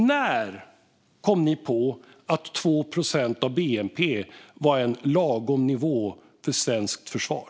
När kom ni på att 2 procent av bnp var en lagom nivå för svenskt försvar?